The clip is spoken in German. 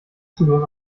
zugriff